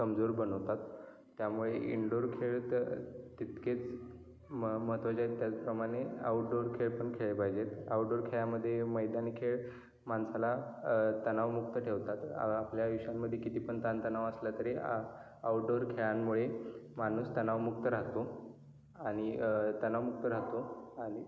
कमजोर बनवतात त्यामुळे इनडोर खेळ तर तितकेच म महत्वाचे आहेत त्याचप्रमाणे आउटडोर खेळ पण खेळले पाहिजेत आउटडोर खेळामध्ये मैदानी खेळ माणसाला तणाव मुक्त ठेवतात आपल्या आयुष्यांमध्ये किती पण ताणतणाव असला तरी आउटडोर खेळांमुळे माणूस तणाव मुक्त राहतो आणि तणाव मुक्त राहतो आणि